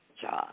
job